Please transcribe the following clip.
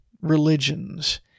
religions